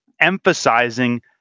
emphasizing